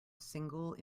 single